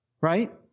right